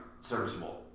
serviceable